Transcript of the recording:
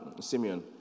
Simeon